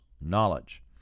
knowledge